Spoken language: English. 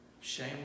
Shame